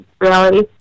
reality